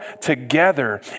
together